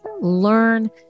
learn